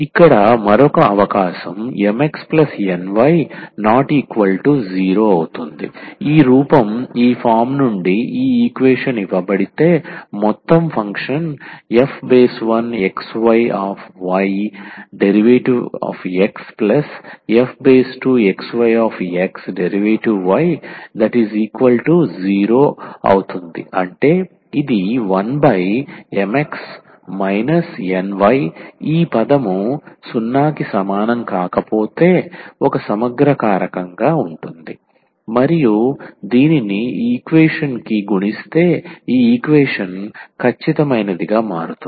ఇక్కడ మరొక అవకాశం MxNy≠0 ఈ రూపం ఈ ఫారమ్ నుండి ఈ ఈక్వేషన్ ఇవ్వబడితే మొత్తం ఫంక్షన్ f1xyydxf2xyxdy0 అంటే ఇది 1Mx Ny ఈ పదం 0 కి సమానం కాకపోతే ఒక సమగ్ర కారకంగా ఉంటుంది మరియు దీనిని ఈ ఈక్వేషన్ కి గుణిస్తే ఈ ఈక్వేషన్ ఖచ్చితమైనదిగా మారుతుంది